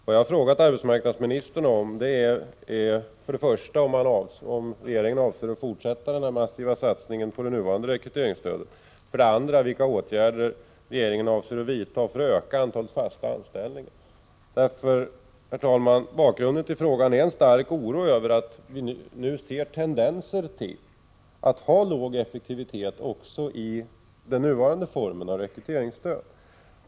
Vad jag frågat arbetsmarknadsministern om är för det första om regeringen avser att fortsätta den här massiva satsningen på det nuvarande rekryteringsstödet, och för det andra vilka åtgärder regeringen avser att vidta för att öka antalet fasta anställningar. Bakgrunden till mina frågor är en stark oro över att vi nu ser tendenser till låg effektivitet också i den nuvarande formen av rekryteringsstöd.